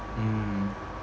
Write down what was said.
mm